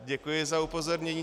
Děkuji za upozornění.